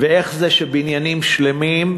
ואיך זה שבניינים שלמים,